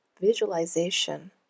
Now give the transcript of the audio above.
Visualization